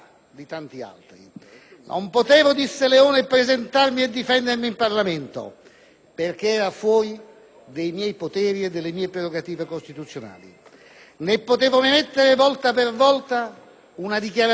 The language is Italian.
non poteva presentarsi e difendersi in Parlamento, perché era fuori dai suoi poteri e dalle sue prerogative costituzionali, né poteva emettere volta per volta una dichiarazione televisiva